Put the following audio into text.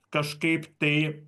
kažkaip tai